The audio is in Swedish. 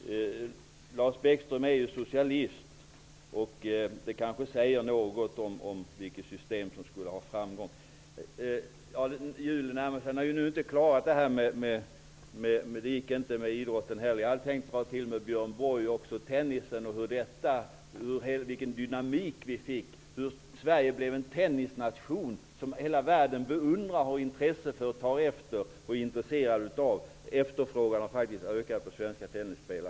Lars Bäckström är ju socialist. Det kanske säger något om vilket system som skulle ha framgång. Liknelsen med idrotten fungerade inte. Jag hade tänkt att dra till med Björn Borg och tennisen och den dynamik vi fick. Sverige blev en tennisnation som hela världen beundrar, har intresse för och tar efter. Efterfrågan på svenska tennisspelare har faktiskt ökat ganska markant jämfört med innan.